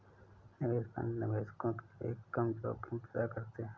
निवेश फंड निवेशकों के लिए कम जोखिम पैदा करते हैं